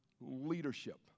leadership